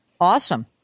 Awesome